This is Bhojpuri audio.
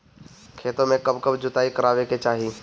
खेतो में कब कब जुताई करावे के चाहि?